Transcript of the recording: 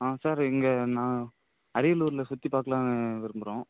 ஆ sir இங்கே நான் அரியலூரில் சுற்றி பார்க்கலான்னு விரும்புகிறோம்